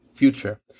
future